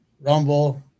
Rumble